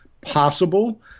possible